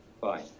Bye